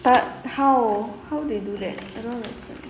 but how how they do that I don't understand